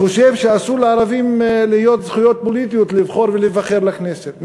חושב שאסור שלערבים יהיו זכויות פוליטיות לבחור ולהיבחר לכנסת,